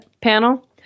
panel